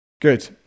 Good